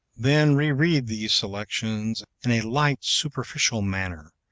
then reread these selections in a light, superficial manner,